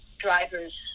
drivers